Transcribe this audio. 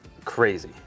Crazy